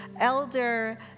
Elder